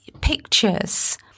pictures